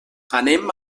anem